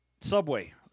Subway